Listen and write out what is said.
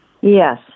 Yes